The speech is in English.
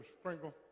Sprinkle